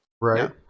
Right